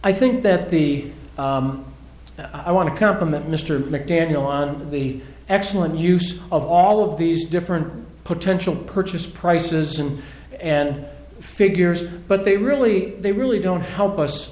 i think that the i want to compliment mr mcdaniel on the excellent use of all of these different potential purchase prices and and figures but they really they really don't help us